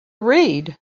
read